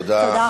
תודה רבה.